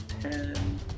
Ten